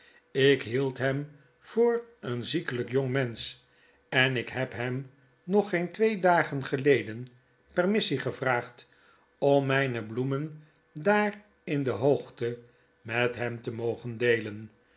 lk hield hem vooreenziekelykjongmensch en ik heb hem nog geen twee dagen geleden permissie gevraagd om myne bloemen daar in de hoogte met hem te mogen deelen